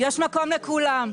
יש מקום לכולם.